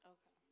Okay